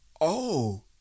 Oh